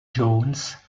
jones